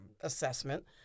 assessment